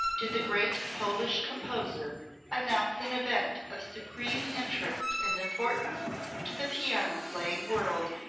did the great polish composer announce an event of supreme interest and importance to the piano-playing world.